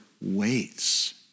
waits